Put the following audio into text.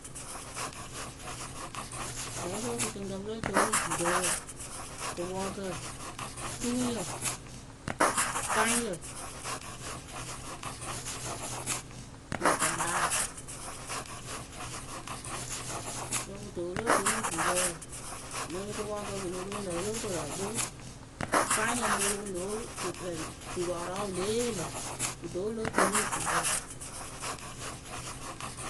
Kɛɛpǝ we kɨtɨŋkǝ pɨ lóo co mɨ vurǝ wǝǝ, kɨpɔɔkǝ tuŋyǝ faŋyǝ matakpaa wǝ kɨto wɨ lóo co mɩ vurǝ wǝǝ mɨŋ kɨpɔɔkǝ kɨ lo roŋ lǝ̈ o lóo koru ǝkpɨ faŋyǝ lo roŋ loo turɔɔrɔɔwǝ wɨ lée yee lǝ kɨto wǝ́ wɨ lóo co mɨ vurǝ.